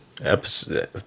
episode